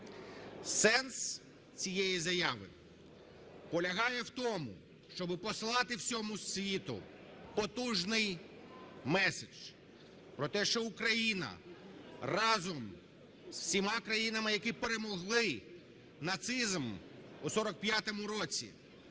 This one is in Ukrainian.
Сенс цієї заяви полягає в тому, щоб послати всьому світу потужний меседж про те, що Україна разом з усіма країнами, які перемогли нацизм у 1945 році,